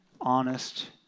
honest